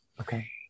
Okay